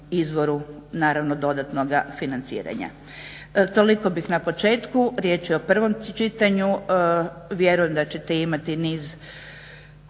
izvoru naravno dodatnoga financiranja. Toliko bih na početku. Riječ je o prvom čitanju, vjerujem da ćete imati niz